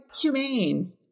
humane